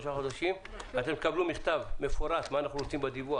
אתם תקבלו ממנהלת הוועדה מכתב מפורט מה אנחנו רוצים שיהיה בדיווח.